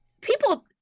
people